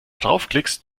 draufklickst